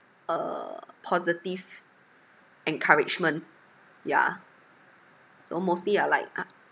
uh positive encouragement yeah so mostly I like a~